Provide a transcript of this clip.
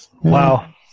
Wow